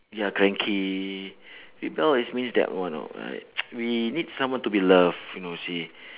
ya cranky rebel is means that one you know uh we need someone to be love you know see